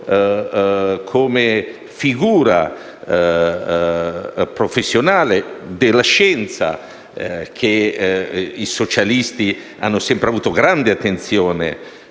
come figura professionale della scienza, poiché i socialisti hanno sempre avuto grande attenzione